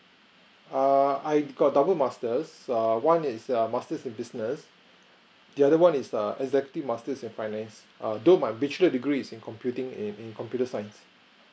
err I got double masters err one is a master in business the other one is err executive master in finance err do my bachelor degree in computing in in computer science